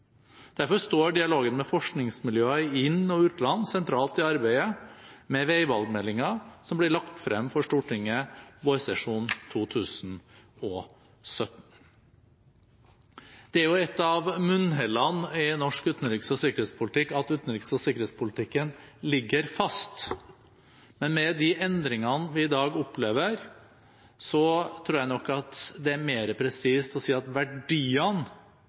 Derfor står dialogen med forskningsmiljøer i inn- og utland sentralt i arbeidet med veivalgmeldingen som blir lagt frem for Stortinget vårsesjonen 2017. Det er jo et av munnhellene i norsk utenriks- og sikkerhetspolitikk at utenriks- og sikkerhetspolitikken ligger fast, men med de endringene vi i dag opplever, tror jeg nok det er mer presist å si at verdiene